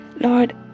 Lord